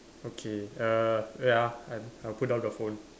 okay uh wait ah I I put down the phone